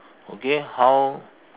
okay how